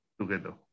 together